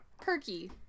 perky